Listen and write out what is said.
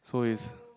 so is